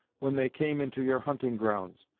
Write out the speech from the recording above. when they came into your hunting grounds.